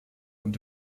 und